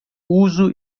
uso